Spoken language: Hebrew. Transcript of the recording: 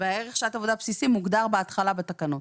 וערך שעת העבודה הבסיסי מוגדר בהתחלה בתקנות.